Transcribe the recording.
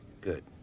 Good